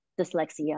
dyslexia